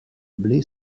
blé